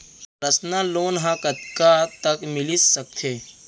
Personal loan ह कतका तक मिलिस सकथे?